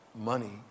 money